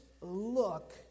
look